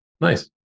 nice